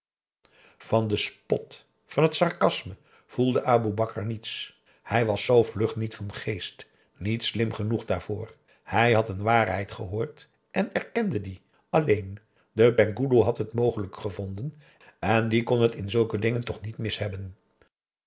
van den spot van het sarcasme voelde aboe bakar niets hij was zoo vlug niet van geest niet slim genoeg daarvoor hij had een waarheid gehoord en erkende die alleen de penghoeloe had het mogelijk gevonden en die kon het in zulke dingen toch niet mis hebben